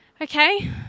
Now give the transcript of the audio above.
okay